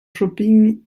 shopping